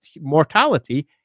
mortality